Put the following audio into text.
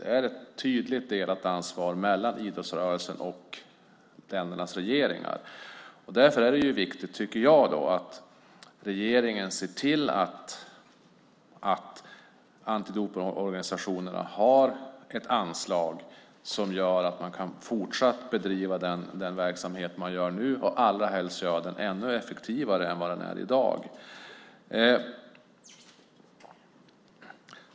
Det är ett tydligt delat ansvar mellan idrottsrörelsen och ländernas regeringar. Därför är det viktigt att regeringen ser till att antidopningsorganisationerna har anslag som gör att man fortsatt kan bedriva den verksamhet man har nu och allra helst gör den ännu effektivare än den är i dag.